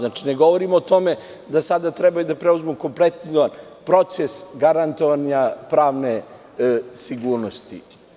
Ne govorim o tome da sada treba da preuzmu kompletan proces garantovanja pravne sigurnosti.